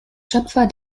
schöpfer